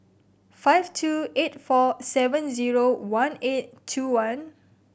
five two eight four seven zero one eight two one